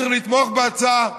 צריך לתמוך בהצעה,